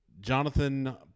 Jonathan